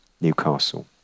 Newcastle